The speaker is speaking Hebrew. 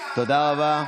תודה רבה.